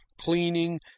cleaning